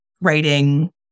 writing